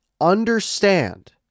understand